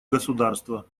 государства